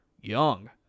young